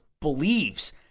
believes